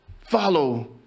follow